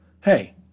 Hey